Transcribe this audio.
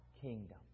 kingdom